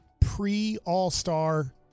pre-All-Star